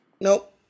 Nope